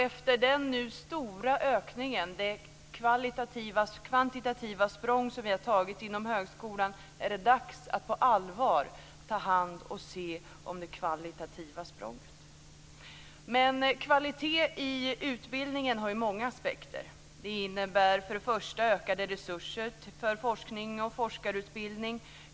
Efter den stora ökningen, med det kvantitativa språng som vi nu har tagit inom högskolan, är det dags att på allvar se till det kvalitativa språnget. Men kvalitet i utbildningen har många aspekter. Den innebär först och främst ökade resurser för forskning och forskarutbildning.